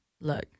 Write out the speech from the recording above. Look